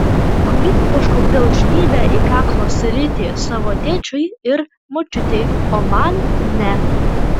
dukrytė kažkodėl žnybia į kaklo sritį savo tėčiui ir močiutei o man ne